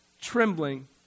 trembling